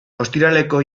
ostiraleko